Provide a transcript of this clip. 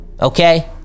okay